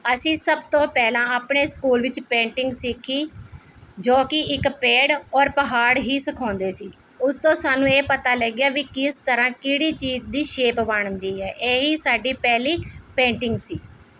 ਅਸੀਂ ਸਭ ਤੋਂ ਪਹਿਲਾਂ ਆਪਣੇ ਸਕੂਲ ਵਿੱਚ ਪੇਂਟਿੰਗ ਸਿੱਖੀ ਜੋ ਕਿ ਇੱਕ ਪੇੜ ਔਰ ਪਹਾੜ ਹੀ ਸਿਖਾਉਂਦੇ ਸੀ ਉਸ ਤੋਂ ਸਾਨੂੰ ਇਹ ਪਤਾ ਲੱਗਿਆ ਵੀ ਕਿਸ ਤਰ੍ਹਾਂ ਕਿਹੜੀ ਚੀਜ਼ ਦੀ ਸ਼ੇਪ ਬਣਦੀ ਹੈ ਇਹੀ ਸਾਡੀ ਪਹਿਲੀ ਪੇਂਟਿੰਗ ਸੀ